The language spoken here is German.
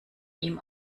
ihm